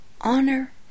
honor